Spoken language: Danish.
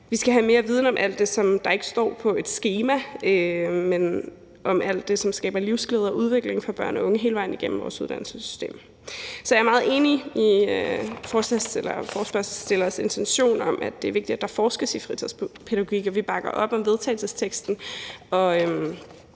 Vi skal have mere viden om alt det, som der ikke står på et skema, men som skaber livsglæde og udvikling for børn og unge hele vejen igennem vores uddannelsessystem. Så jeg er meget enig i forespørgselsstillernes intention om, at det er vigtigt, at der forskes i fritidspædagogik. Vi bakker op om vedtagelsesteksten,